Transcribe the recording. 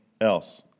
else